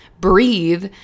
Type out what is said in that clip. breathe